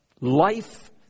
Life